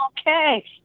okay